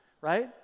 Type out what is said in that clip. right